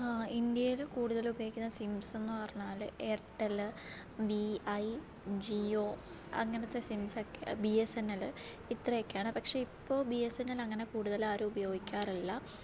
ഇന്ത്യയിൽ കൂടുതൽ ഉപയോഗിക്കുന്ന സിംസ് എന്ന് പറഞ്ഞാൽ ഏർട്ടല് വിഐ ജിയോ അങ്ങനത്തെ സിംസ് ഒക്കെ ബി എസ് എന്നല് ഇത്രയൊക്കെയാണ് പക്ഷെ ഇപ്പോൾ ബി എസ് എന്നൽ അങ്ങനെ കൂടുതൽ ആരും ഉപയോഗിക്കാറില്ല